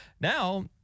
Now